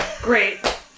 Great